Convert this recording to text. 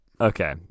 Okay